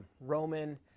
Roman